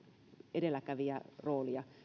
edelläkävijäroolia